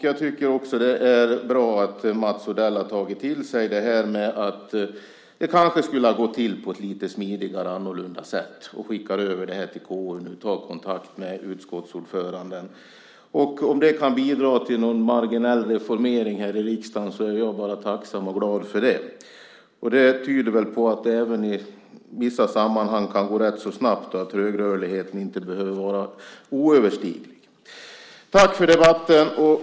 Jag tycker också att det är bra att Mats Odell har tagit till sig det här med att det kanske skulle ha gått till på ett lite smidigare, annorlunda, sätt och skickar över det här till KU och tar kontakt med utskottsordföranden. Om det kan bidra till någon marginell reformering här i riksdagen är jag bara tacksam och glad för det. Det tyder väl på att det i vissa sammanhang även kan gå ganska snabbt, att trögrörligheten inte behöver vara oöverstiglig. Tack för debatten!